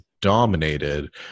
dominated